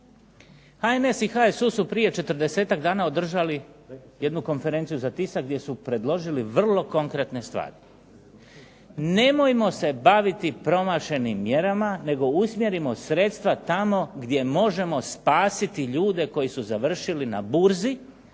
HNS i HSU su prije 40-ak dana održali jednu konferenciju za tisak gdje su predložili vrlo konkretne stvari, nemojmo se baviti promašenim mjerama nego usmjerimo sredstva tamo gdje možemo spasiti ljude koji su završili na burzi,